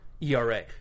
ERA